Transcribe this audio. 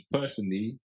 personally